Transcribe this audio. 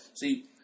see